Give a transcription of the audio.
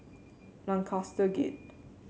Lancaster Gate